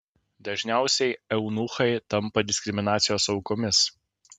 dažniausiai eunuchai tampa diskriminacijos aukomis